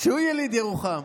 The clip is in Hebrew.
שהוא יליד ירוחם.